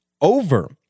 over